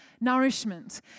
nourishment